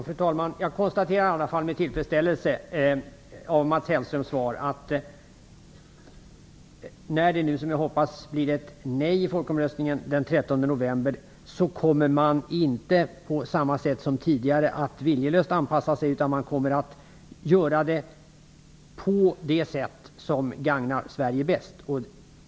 Fru talman! Jag konstaterar med tillfredsställelse att det av Mats Hellströms svar framgår att om det - som jag hoppas - blir ett nej vid folkomröstningen den 13 november, kommer man inte att på samma sätt som tidigare viljelöst anpassa sig utan man kommer att göra det på det sätt som gagnar Sverige bäst.